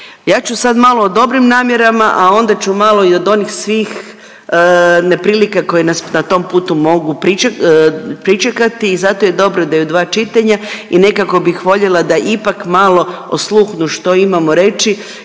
Ja ću sad malo o dobrim namjerama, a onda ću malo i do onih svih neprilika koje nas na tom putu mogu pričekati i zato je dobro da je u dva čitanja i nekako bih voljela da ipak malo osluhnu što imamo reći